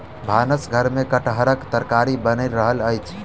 भानस घर में कटहरक तरकारी बैन रहल अछि